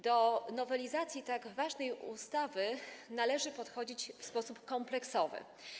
Do nowelizacji tak ważnej ustawy należy podchodzić w sposób kompleksowy.